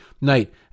night